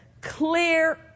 Clear